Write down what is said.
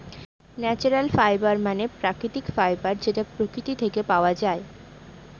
natural fiber মানে প্রাকৃতিক fiber যেটা প্রকৃতি থেকে পাওয়া যায়